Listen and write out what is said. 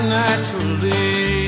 naturally